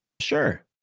Sure